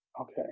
Okay